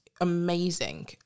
amazing